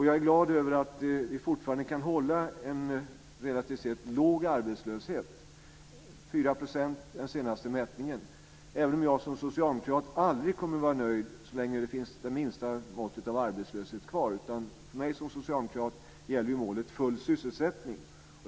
Jag är glad över att vi fortfarande kan hålla en relativt sett låg arbetslöshet, 4 % enligt den senaste mätningen, även om jag som socialdemokrat aldrig kommer att vara nöjd så länge det finns det minsta mått av arbetslöshet kvar. För mig som socialdemokrat gäller målet full sysselsättning.